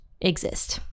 exist